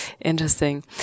Interesting